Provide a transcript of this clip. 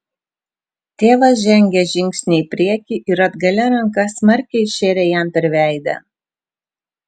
tėvas žengė žingsnį į priekį ir atgalia ranka smarkiai šėrė jam per veidą